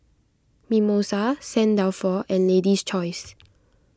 Mimosa Saint Dalfour and Lady's Choice